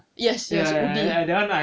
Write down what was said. yes yes ubi